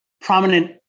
prominent